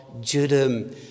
Judah